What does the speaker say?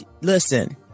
listen